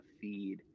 feed